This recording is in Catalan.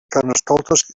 carnestoltes